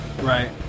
Right